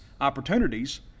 opportunities